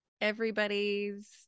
everybody's